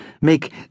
make